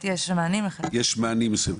יש מענים מסוימים.